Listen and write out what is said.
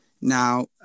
Now